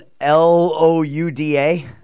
L-O-U-D-A